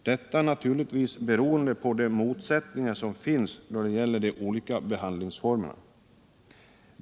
Detta beror naturligtvis på de motsättningar som finns då det gäller de olika behandlingsformerna.